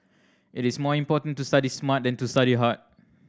it is more important to study smart than to study hard